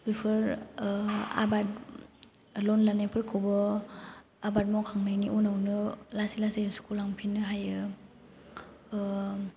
बेफोर ओह आबाद लन लानायफोरखौबो आबाद मावखांनायनि उनावनो लासै लासै सुख' लांफिनो हायो ओह